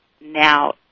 now